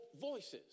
voices